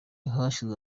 hashyizwe